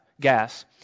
Gas